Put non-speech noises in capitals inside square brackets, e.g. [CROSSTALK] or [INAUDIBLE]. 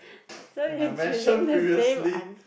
[NOISE] and I mentioned previously